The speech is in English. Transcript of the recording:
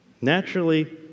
Naturally